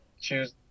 choose